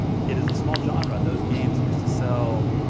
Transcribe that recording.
it is a small genre and those games used to sell,